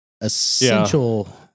essential